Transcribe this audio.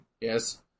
Yes